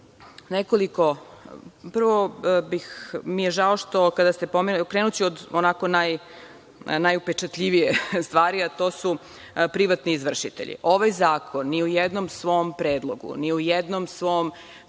o stanovanju, krenuću od najupečatljivije stvari, a to su privatni izvršitelji. Ovaj zakon ni u jednom svom predlogu, ni u jednom svom